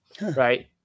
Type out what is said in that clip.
right